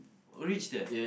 reach there